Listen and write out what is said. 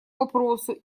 вопросу